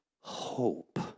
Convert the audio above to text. hope